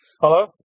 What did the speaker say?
Hello